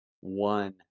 one